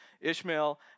Ishmael